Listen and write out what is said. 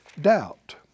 Doubt